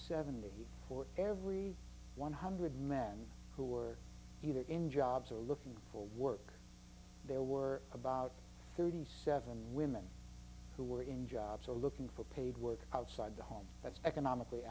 eight for every one hundred men who were either in jobs or looking for work there were about thirty seven women who were in jobs or looking for paid work outside the home that's economically